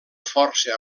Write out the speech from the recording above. força